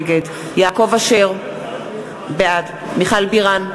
נגד יעקב אשר, בעד מיכל בירן,